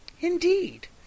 Indeed